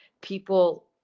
people